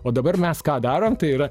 o dabar mes ką darom tai yra